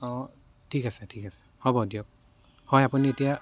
অঁ ঠিক আছে ঠিক আছে হ'ব দিয়ক হয় আপুনি এতিয়া